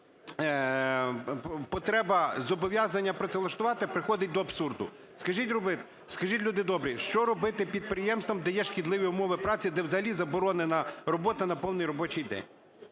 потреба зобов'язання працевлаштувати приходить до абсурду. Скажіть, люди добрі, що робити підприємствам, де є шкідливі умови праці, де взагалі заборонена робота на повний робочий день?